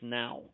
now